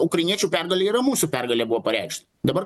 ukrainiečių pergalė yra mūsų pergalė buvo pareikšt dabar